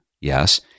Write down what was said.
yes